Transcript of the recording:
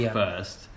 first